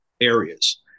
areas